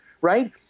right